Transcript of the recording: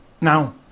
now